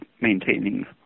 maintaining